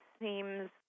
seems